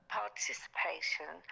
participation